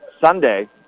Sunday